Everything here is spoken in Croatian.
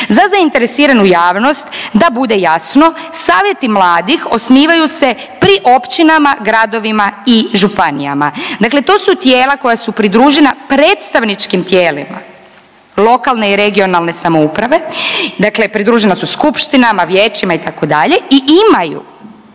Za zainteresiranu javnost da bude jasno Savjeti mladih osnivaju se pri općinama, gradovima i županijama. Dakle, to su tijela koja su pridružena predstavničkim tijelima lokalne i regionalne samouprave, dakle pridružena su skupštinama, vijećima itd. i imaju